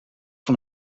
van